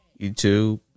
YouTube